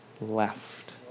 left